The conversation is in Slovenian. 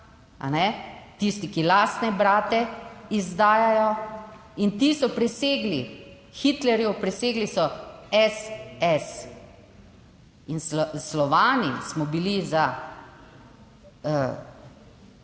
tisti, ki lastne brate izdajajo. In ti so prisegli Hitlerju, prisegli so SS. In Slovani smo bili za